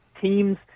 teams